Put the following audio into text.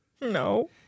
No